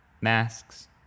masks